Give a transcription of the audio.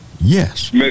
Yes